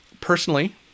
Personally